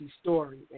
story